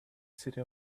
city